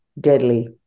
Deadly